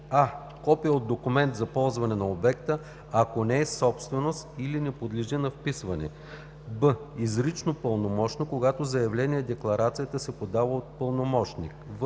а) копие от документа за ползване на обекта, ако не е собствен и не подлежи на вписване; б) изрично пълномощно, когато заявление-декларацията се подава от пълномощник; в)